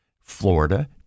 Florida